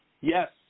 Yes